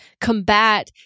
combat